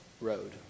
road